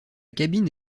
cabine